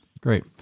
Great